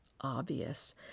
obvious